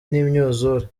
n’imyuzure